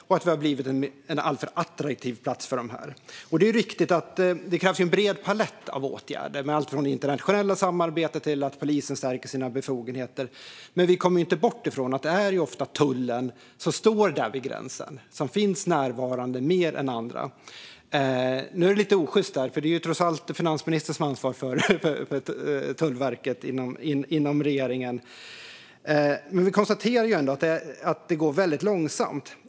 Sverige har blivit en alltför attraktiv plats för dessa brottsnätverk. Det är riktigt att det kanske handlar om en bred palett av åtgärder med allt från internationellt samarbete till att polisens befogenheter stärks. Men vi kommer inte ifrån att det ofta är tullen som står där vid gränsen och som finns närvarande mer än andra. Det är lite osjyst att tala om detta eftersom det trots allt är finansministern inom regeringen som har ansvar för Tullverket. Men vi konstaterar ändå att det går väldigt långsamt.